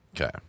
Okay